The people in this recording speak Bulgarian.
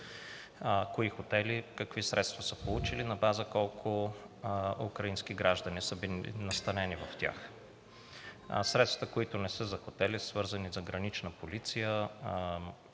кои хотели какви средства са получили на база колко украински граждани са били настанени в тях. Средствата, които не са за хотели, са за „Гранична полиция“,